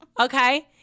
Okay